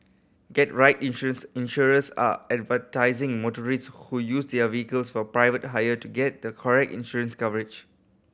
get right insurance insurers are advising motorists who use their vehicles for private hire to get the correct insurance coverage